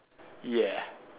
yeah